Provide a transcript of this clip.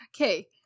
Okay